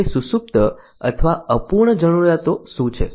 તેમની સુષુપ્ત અથવા અપૂર્ણ જરૂરિયાતો શું છે